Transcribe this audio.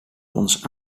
ons